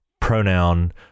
pronoun